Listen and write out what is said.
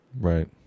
Right